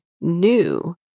new